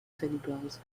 telegrams